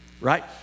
right